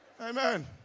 Amen